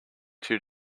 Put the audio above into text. too